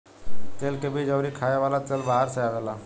तेल के बीज अउरी खाए वाला तेल बाहर से आवेला